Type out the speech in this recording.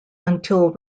until